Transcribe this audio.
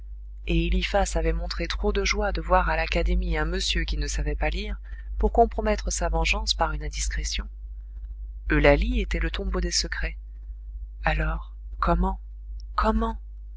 et eliphas avait montré trop de joie de voir à l'académie un monsieur qui ne savait pas lire pour compromettre sa vengeance par une indiscrétion eulalie était le tombeau des secrets alors comment comment